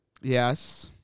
Yes